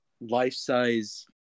life-size